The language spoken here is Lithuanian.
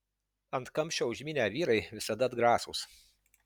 ant kamščio užmynę vyrai visada atgrasūs